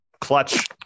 clutch